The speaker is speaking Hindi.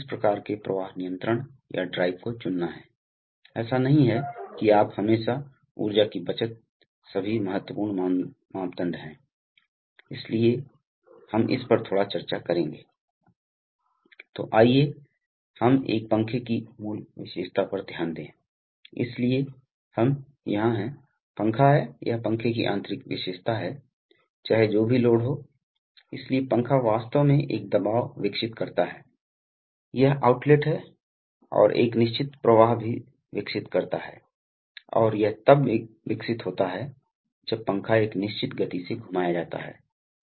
आप जानते हैं जैसे कि आप रिंच स्क्रूड्राइवर्स को जानते हैं अब इन उपकरणों के साथ एक समान प्रदर्शन सुनिश्चित करने के लिए और साथ ही ऑपरेटर लोगों को एग्जॉस्ट नहीं करने के लिए न्यूमेटिक्स साधनों का उपयोग करते हैं तो आप पाएंगे कि प्रत्येक ऑपरेटर स्टेशन पर वास्तव में कुछ संपीड़ित वायु आपूर्ति है और वह संपीड़ित हवा की आपूर्ति इसलिए आप इसलिए आप कई स्थानों पर काम करने के लिए संपीड़ित हवा का उपयोग कर रहे हैं लेकिन आपको संभवतः केवल एक बड़े कंप्रेसर की आवश्यकता है और फिर एक अलग स्थान के माध्यम से संपीड़ित हवा की एक पंक्ति चलाएं इसलिए यह इसलिए कंप्रेसर लागतवास्तव में विभाजित हो जाता है और इससे आपको सस्ती प्रणाली मिल जाती है इलेक्ट्रिक की तुलना में जहां आपको इनमें से प्रत्येक स्थान पर मोटर लगाने की आवश्यकता होगी